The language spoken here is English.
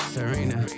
Serena